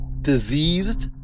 diseased